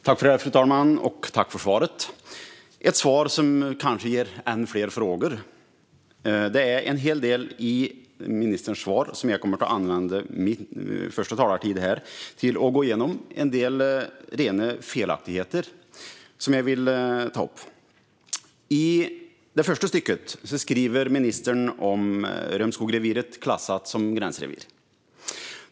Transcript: Fru talman! Tack för svaret! Det är ett svar som kanske ger ännu fler frågor. Jag kommer att använda mitt första anförande till att gå igenom en del rena felaktigheter i ministerns interpellationssvar. I det första stycket skriver ministern att Römskogsreviret är klassat som gränsrevir.